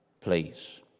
please